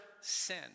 sin